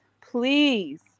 please